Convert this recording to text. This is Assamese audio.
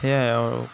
এইয়াই আৰু